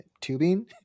tubing